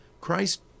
Christ